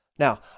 Now